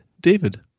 david